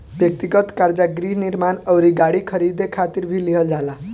ब्यक्तिगत कर्जा गृह निर्माण अउरी गाड़ी खरीदे खातिर भी लिहल जाला